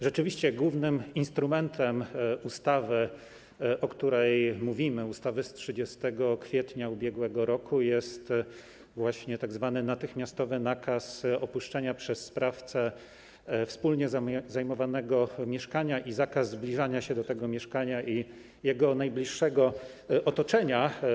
Rzeczywiście głównym instrumentem ustawy, o której mówimy, ustawy z 30 kwietnia ub.r., jest tzw. natychmiastowy nakaz opuszczenia przez sprawcę wspólnie zajmowanego mieszkania i zakaz zbliżania się do tego mieszkania i jego najbliższego otoczenia.